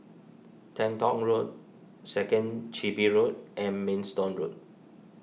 Teng Tong Road Second Chin Bee Road and Maidstone Road